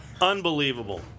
unbelievable